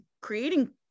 creating